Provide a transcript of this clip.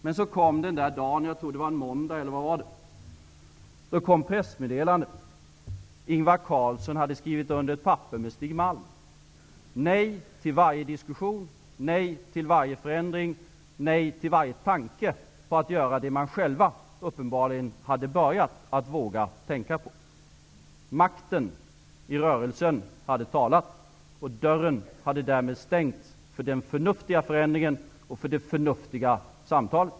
Men så kom den där dagen som jag tror var en måndag då det kom ett pressmeddelande om att Ingvar Carlsson tillsammans med Stig Malm hade skrivit under ett papper som innebar ett nej till varje diskussion, ett nej till varje förändring och ett nej till varje tanke på att göra det som man själv uppenbarligen hade börjat att våga tänka på. Makten i rörelsen hade talat, och dörren hade därmed stängts för den förnuftiga förändringen och för det förnuftiga samtalet.